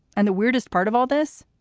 and the weirdest part of all this,